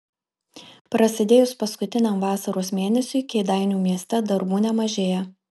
prasidėjus paskutiniam vasaros mėnesiui kėdainių mieste darbų nemažėja